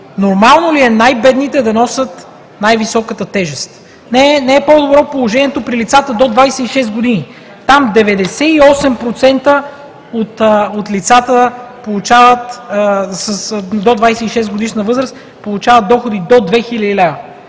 Нормално ли е най-бедните да носят най-високата тежест? Не е по-добро положението при лицата до 26 години. Там 98% от лицата до 26-годишна възраст получават доходи до 2000 лв.